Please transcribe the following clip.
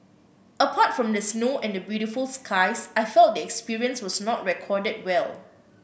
apart from the snow and the beautiful skies I felt the experience was not recorded well